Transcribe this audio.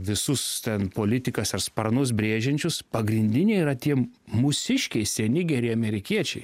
visus ten politikas ar sparnus brėžiančius pagrindiniai yra tiem mūsiškiai seni geri amerikiečiai